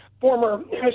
former